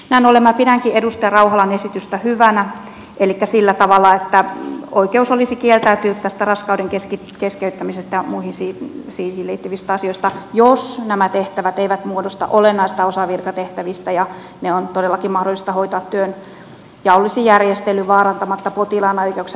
näin ollen minä pidänkin edustaja rauhalan esitystä hyvänä elikkä sillä tavalla että oikeus olisi kieltäytyä tästä raskauden keskeyttämisestä ja muista siihen liittyvistä asioista jos nämä tehtävät eivät muodosta olennaista osaa virkatehtävistä ja ne on todellakin mahdollista hoitaa työnjaollisin järjestelyin vaarantamatta potilaan oikeuksia